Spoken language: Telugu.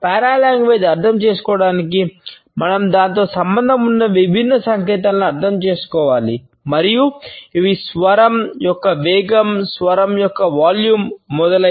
పారలాంగ్వేజ్ మొదలైన